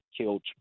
killed